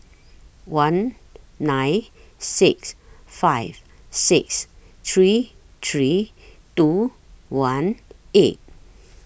one nine six five six three three two one eight